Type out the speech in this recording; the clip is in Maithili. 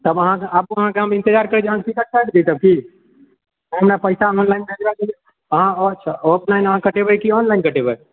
तब अहाँकेँ आबु अहाँकेँ हम इन्तजार करइ छी अहाँकेँ टिकट दी तब की हमरा पैसा ऑनलाइन भेजबा देब अहाँ अच्छा ऑफलाइन कटेबै की ऑनलाइन कटेबै